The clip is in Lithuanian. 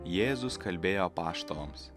jėzus kalbėjo apaštalams